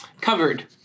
covered